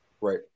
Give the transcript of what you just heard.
Right